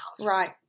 Right